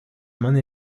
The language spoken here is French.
maine